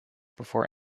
before